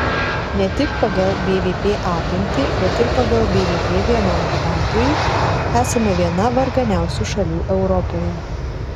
ne tik pagal bvp apimtį bet ir pagal bvp vienam gyventojui esame viena varganiausių šalių europoje